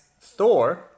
Thor